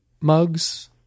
mugs